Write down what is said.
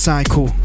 Cycle